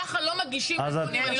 כה לא מגישים תיקונים.